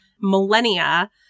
millennia